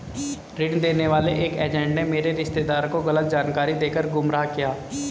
ऋण देने वाले एक एजेंट ने मेरे रिश्तेदार को गलत जानकारी देकर गुमराह किया